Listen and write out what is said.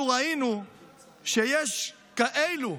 אנחנו ראינו שיש כאלה,